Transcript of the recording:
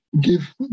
give